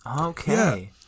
Okay